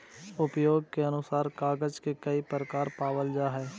उपयोग के अनुसार कागज के कई प्रकार पावल जा हई